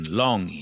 long